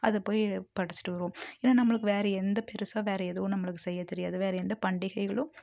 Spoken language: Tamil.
அதை போய் படச்சுட்டு வருவோம் ஏன்னா நம்மளுக்கு வேறே எந்த பெருசாக வேறே எதுவும் நம்மளுக்கு செய்ய தெரியாது வேறே எந்த பண்டிகைகளும்